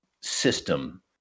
system